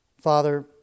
Father